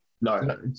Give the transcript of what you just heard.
No